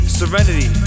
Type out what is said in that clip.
serenity